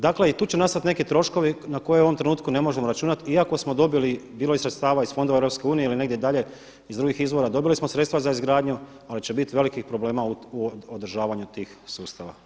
Dakle tu će nastati neki troškovi na koje u ovom trenutku ne možemo računati iako smo dobili, bilo je sredstava iz fondova EU ili negdje dalje iz drugih izvora dobili smo sredstva za izgradnju, ali će bit velikih problema u održavanju tih sustava.